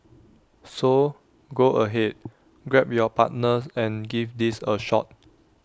so go ahead grab your partner and give these A shot